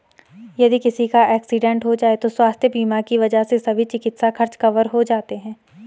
यदि किसी का एक्सीडेंट हो जाए तो स्वास्थ्य बीमा की वजह से सभी चिकित्सा खर्च कवर हो जाते हैं